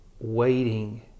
waiting